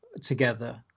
together